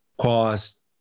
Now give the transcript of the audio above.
cost